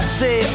say